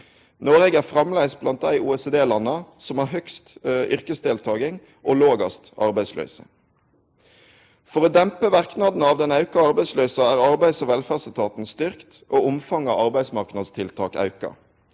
Noreg er framleis blant dei OECD-landa som har høgast yrkesdeltaking og lågast arbeidsløyse. For å dempe verknadene av den auka arbeidsløysa er Arbeids- og velferdsetaten styrkt og omfanget av arbeidsmarknadstiltak auka.